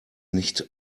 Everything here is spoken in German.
nicht